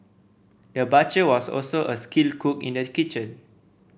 the butcher was also a skilled cook in the kitchen